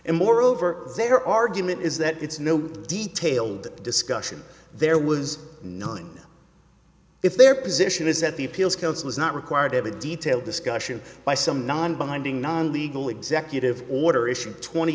and moreover their argument is that it's no detailed discussion there was none if their position is that the appeals council is not required to have a detailed discussion by some non binding non legal executive order issued twenty